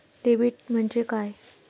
Debit म्हणजे काय?